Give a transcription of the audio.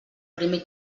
primer